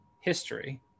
history